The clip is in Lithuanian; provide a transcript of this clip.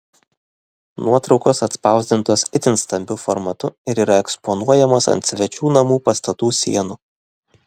nuotraukos atspausdintos itin stambiu formatu ir yra eksponuojamos ant svečių namų pastatų sienų